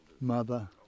mother